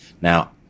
Now